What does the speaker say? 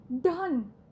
done